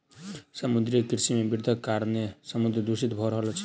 समुद्रीय कृषि मे वृद्धिक कारणेँ समुद्र दूषित भ रहल अछि